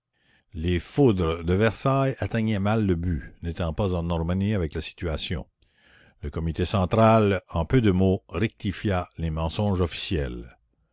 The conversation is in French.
les foudres de versailles atteignaient mal le but n'étant pas en harmonie avec la situation le comité central en peu de mots rectifia les mensonges officiels